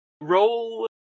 Roll